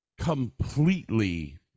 completely